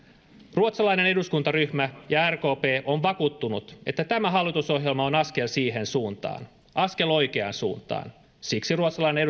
ruotsalainen eduskuntaryhmä ja rkp ovat vakuuttuneet että tämä hallitusohjelma on askel siihen suuntaan askel oikeaan suuntaan siksi ruotsalainen